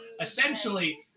essentially